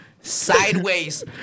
sideways